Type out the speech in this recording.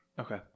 Okay